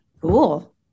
cool